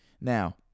Now